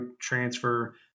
transfer